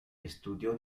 estudió